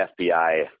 FBI